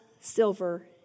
silver